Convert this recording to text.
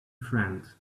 friend